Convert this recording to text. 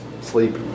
Sleep